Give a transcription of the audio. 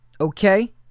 Okay